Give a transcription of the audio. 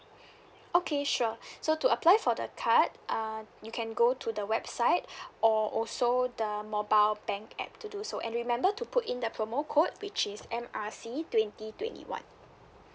okay sure so to apply for the card uh you can go to the website or also the mobile bank app to do so and remember to put in the promo code which is M R C twenty twenty one